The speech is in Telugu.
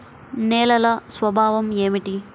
నేలల స్వభావం ఏమిటీ?